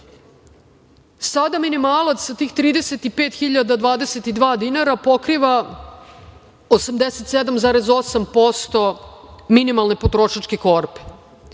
nas. Sada minimalac sa tih 35.022,00 dinara pokriva 87,8% minimalne potrošačke korpe.